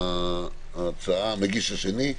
המגיש השני.